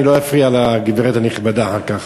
אני לא אפריע לגברת הנכבדה אחר כך,